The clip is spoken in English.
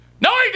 No